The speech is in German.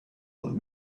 und